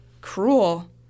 cruel